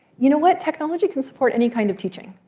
you know what? technology can support any kind of teaching.